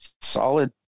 solid